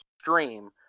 stream